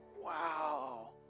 wow